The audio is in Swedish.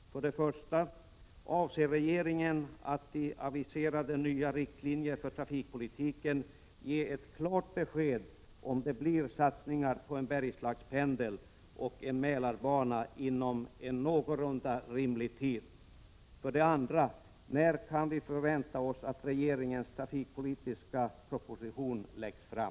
För det första: Avser regeringen att i de aviserade nya riktlinjerna för trafikpolitiken ge ett klart besked om det blir satsningar på en Bergslagspendel och en Mälarbana inom en någorlunda rimlig tid? För det andra: När kan vi förvänta oss att regeringens trafikpolitiska proposition läggs fram?